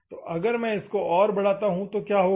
तो अगर मै इसको और बढ़ाता हु तो क्या होगा